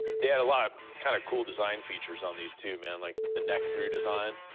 they had a lot of kind of cool design features on these, too, man. like the neck through design,